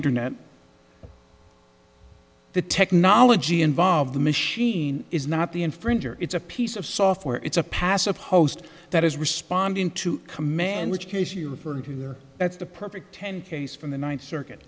internet the technology involved the machine is not the infringer it's a piece of software it's a passive host that is responding to command which case you referred to there that's the perfect ten case from the ninth circuit